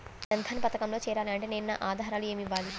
జన్ధన్ పథకంలో చేరాలి అంటే నేను నా ఆధారాలు ఏమి ఇవ్వాలి?